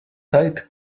tight